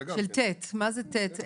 מה זה תקנת משנה (ט)?